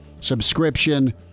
subscription